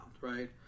right